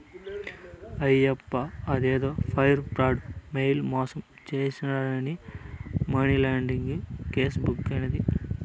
ఆయప్ప అదేందో wire fraud, mail మాసం చేసినాడాని మనీలాండరీంగ్ కేసు బుక్కైనాది